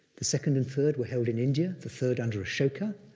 the second and third were held in india, the third under ashoka,